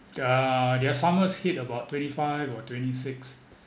uh their summers hit about twenty five or twenty six